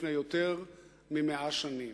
לפני יותר מ-100 שנים.